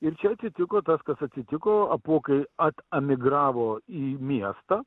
ir čia atsitiko tas kas atsitiko apuokai atemigravo į miestą